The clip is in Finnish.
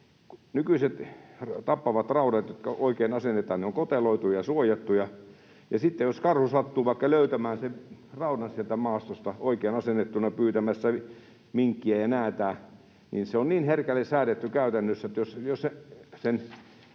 Nykyiset tappavat raudat, jotka oikein asennetaan, ovat koteloituja ja suojattuja, ja sitten jos karhu sattuu vaikka löytämään sen raudan sieltä maastosta oikein asennettuna pyytämässä minkkiä ja näätää, niin se on niin herkälle säädetty käytännössä, että vaikka sen